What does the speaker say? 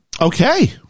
Okay